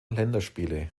länderspiele